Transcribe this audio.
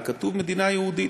אבל כתוב "מדינה יהודית".